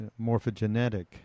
morphogenetic